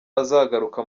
azagaruka